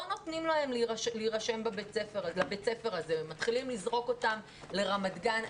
לא נותנים להם להירשם לבית ספר הזה ומתחילים לזרוק אותם לרמת גן.